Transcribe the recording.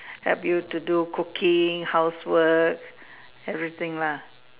help you to do cooking housework everything lah